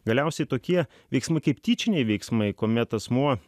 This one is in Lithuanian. galiausiai tokie veiksmai kaip tyčiniai veiksmai kuomet asmuo